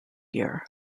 gear